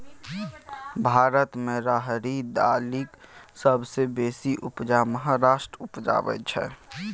भारत मे राहरि दालिक सबसँ बेसी उपजा महाराष्ट्र उपजाबै छै